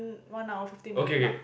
one hour fifteen minute mark